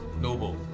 noble